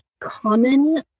common